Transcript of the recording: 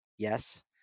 Yes